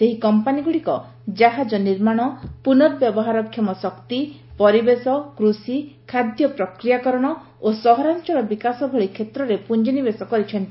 ସେହି କମ୍ପାନିଗୁଡ଼ିକ କାହାଜ ନିର୍ମାଣ ପୁନର୍ବ୍ୟବହାରକ୍ଷମ ଶକ୍ତି ପରିବେଶ କୃଷି ଖାଦ୍ୟ ପ୍ରକ୍ରିୟାକରଣ ଓ ସହରାଞ୍ଚଳ ବିକାଶ ଭଳି କ୍ଷେତ୍ରରେ ପୁଞ୍ଜି ନିବେଶ କରିଛନ୍ତି